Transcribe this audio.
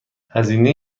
هزینه